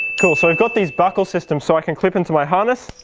cool so i've got these buckle systems so i can clip into my harness,